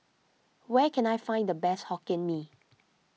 where can I find the best Hokkien Mee